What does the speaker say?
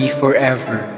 forever